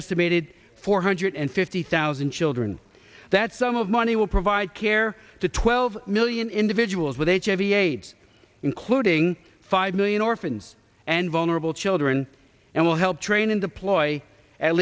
estimated four hundred fifty thousand children that sum of money will provide care to twelve million individuals with hiv aids including five million orphans and vulnerable children and will help train and deploy at